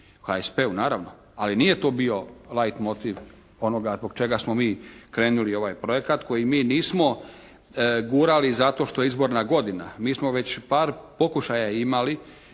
u HSP-u naravno, ali nije to bio live motiv onoga zbog čega smo mi krenuli u ovaj projekat koji mi nismo gurali zato što je izborna godina. Mi smo već par pokušaja imali